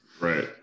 Right